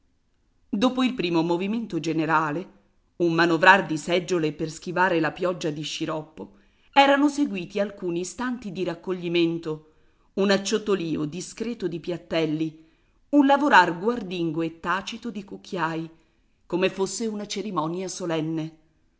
dopo il primo movimento generale un manovrar di seggiole per schivare la pioggia di sciroppo erano seguiti alcuni istanti di raccoglimento un acciottolìo discreto di piattelli un lavorar guardingo e tacito di cucchiai come fosse una cerimonia solenne